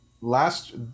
last